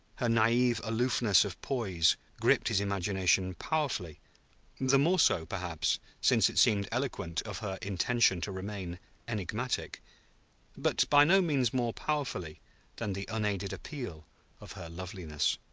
her naive aloofness of poise gripped his imagination powerfully the more so, perhaps, since it seemed eloquent of her intention to remain enigmatic but by no means more powerfully than the unaided appeal of her loveliness.